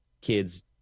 kids